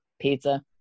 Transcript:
Pizza